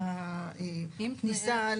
כניסה,